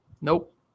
Nope